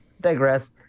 digress